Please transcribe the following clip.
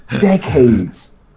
Decades